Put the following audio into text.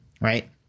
right